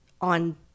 on